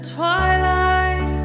Twilight